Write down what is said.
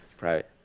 right